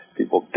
people